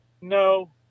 No